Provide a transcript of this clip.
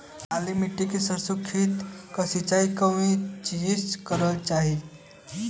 काली मिट्टी के सरसों के खेत क सिंचाई कवने चीज़से करेके चाही?